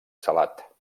salat